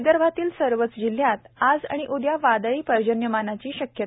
विदर्भातील सर्वच जिल्ह्यात आज आणि उद्या वादळी पर्जन्यमानाची शक्यता